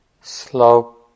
slope